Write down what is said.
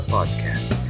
Podcast